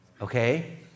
okay